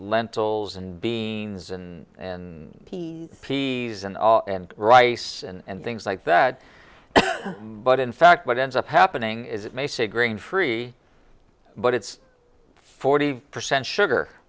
lentils and beings and he pees and all and rice and things like that but in fact what ends up happening is it may say grain free but it's forty percent sugar